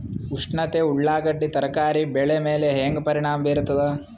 ಉಷ್ಣತೆ ಉಳ್ಳಾಗಡ್ಡಿ ತರಕಾರಿ ಬೆಳೆ ಮೇಲೆ ಹೇಂಗ ಪರಿಣಾಮ ಬೀರತದ?